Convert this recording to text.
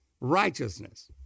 righteousness